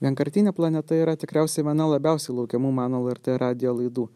vienkartinė planeta yra tikriausiai viena labiausiai laukiamų mano lrt radijo laidų